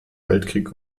weltkrieg